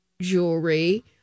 jewelry